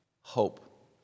hope